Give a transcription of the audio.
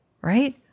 right